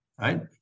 Right